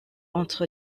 entre